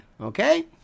Okay